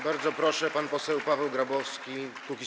Bardzo proszę, pan poseł Paweł Grabowski, Kukiz’15.